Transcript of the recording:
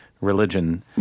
religion